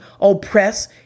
oppress